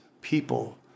people